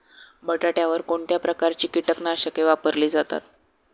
बटाट्यावर कोणत्या प्रकारची कीटकनाशके वापरली जातात?